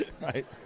Right